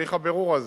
תהליך הבירור הזה.